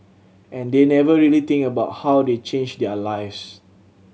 and they never really think about how they change their lives